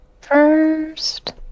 First